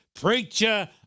preacher